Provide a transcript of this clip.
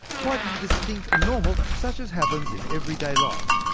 quite distinct and normal, such as happens in everyday life,